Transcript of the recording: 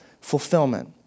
fulfillment